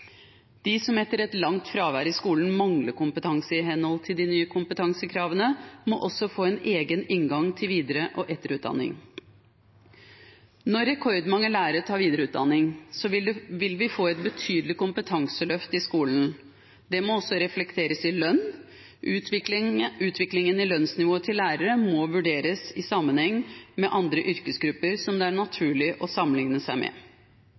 De som etter et langt fravær fra skolen mangler kompetanse i henhold til de nye kompetansekravene, må få en egen inngang til videre- og etterutdanning. Når rekordmange lærere tar videreutdanning, vil vi få et betydelig kompetanseløft i skolen. Det må også reflekteres i lønn. Utviklingen i lønnsnivået til lærerne må vurderes i sammenheng med andre yrkesgrupper som det er naturlig å sammenligne seg med.